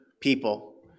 people